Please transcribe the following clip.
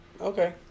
Okay